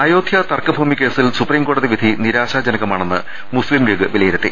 അയോദ്ധ്യ തർക്കഭൂമി ്രകേസിൽ സുപ്രീം കോടതി വിധി നിരാ ശാജനകമാണെന്ന് മുസ്ത്രീം ലീഗ് വിലയിരുത്തി